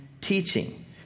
teaching